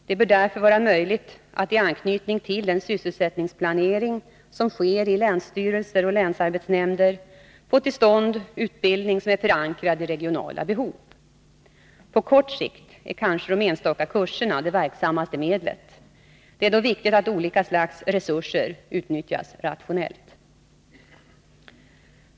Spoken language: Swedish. Det bör därför vara möjligt att i anknytning till den sysselsättningsplanering som sker i länsstyrelser och länsarbetsnämnder få till stånd utbildning som är förankrad i regionala behov. På kort sikt är kanske de enstaka kurserna det verksammaste medlet. Det är då viktigt att olika slags resurser utnyttjas rationellt.